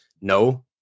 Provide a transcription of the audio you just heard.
No